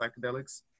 psychedelics